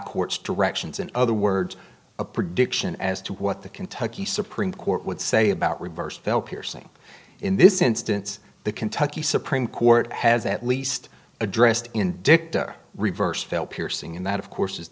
court's directions in other words a prediction as to what the kentucky supreme court would say about reversed fell piercing in this instance the kentucky supreme court has at least addressed in dicta reversed fail piercing and that of course is